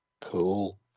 cool